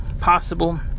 possible